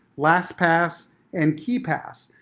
lastpass and keepass.